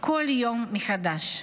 כל יום מחדש.